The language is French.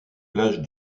plages